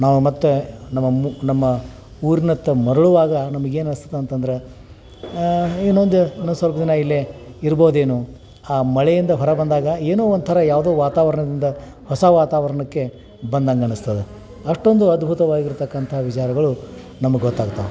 ನಾವು ಮತ್ತೆ ನಮ್ಮ ಮು ನಮ್ಮ ಊರಿನತ್ತ ಮರಳುವಾಗ ನಮ್ಗೇನು ಅನ್ಸ್ತದೆ ಅಂತಂದರೆ ಇನ್ನೊಂದು ಇನ್ನೊಂದು ಸ್ವಲ್ಪ ದಿನ ಇಲ್ಲೇ ಇರ್ಬೋದೇನೋ ಆ ಮಳೆಯಿಂದ ಹೊರಬಂದಾಗ ಏನೋ ಒಂಥರ ಯಾವುದೋ ವಾತಾವರಣದಿಂದ ಹೊಸ ವಾತಾವರಣಕ್ಕೆ ಬಂದಂಗೆ ಅನ್ನಿಸ್ತದೆ ಅಷ್ಟೊಂದು ಅದ್ಭುತವಾಗಿರತಕ್ಕಂಥ ವಿಚಾರಗಳು ನಮ್ಗೆ ಗೊತ್ತಾಗ್ತವೆ